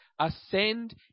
ascend